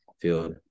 field